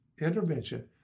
intervention